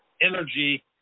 energy